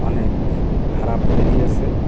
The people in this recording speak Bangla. অনেক খারাপ বেরিয়েছে